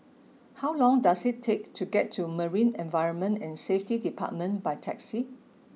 how long does it take to get to Marine Environment and Safety Department by taxi